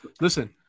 Listen